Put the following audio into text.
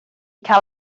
cael